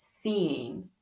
seeing